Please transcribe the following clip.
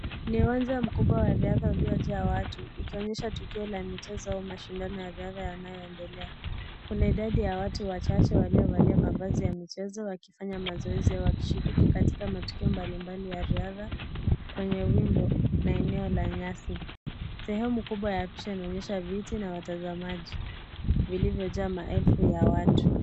Ni uwanja mkubwa wa rihadha uliojaa watu ikionyesha tukio la mchezo wa mashindano ya rihadha yanayoendelea, kuna idadi ya watu wachache waliovalia mavazi ya mchezo wakifanya mazoezi, wakishiriki katika matukio mbalimbali ya riadha kwenye wimbo na eneo la nyasi, sehemu kubwa ya picha inaonyesha viti na watazamaji vilivojaa maelfu ya watu.